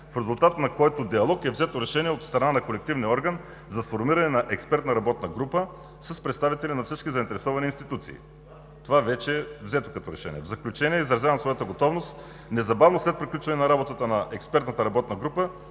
в резултат на който диалог е взето решение от страна на колективния орган за сформиране на експертна работна група с представители на всички заинтересовани институции. Това вече е взето като решение. В заключение, изразявам своята готовност незабавно след приключване на работата на експертната работна група